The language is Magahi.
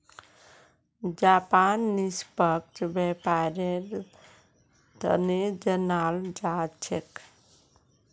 जापान निष्पक्ष व्यापारेर तने जानाल जा छेक